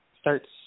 starts